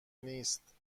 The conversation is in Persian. نیست